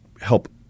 help